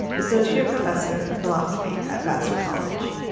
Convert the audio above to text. associate professor of philosophy at vassar college.